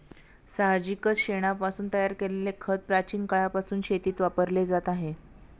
साहजिकच शेणापासून तयार केलेले खत प्राचीन काळापासून शेतीत वापरले जात आहे